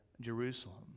Jerusalem